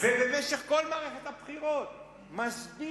ובמשך כל מערכת הבחירות מסביר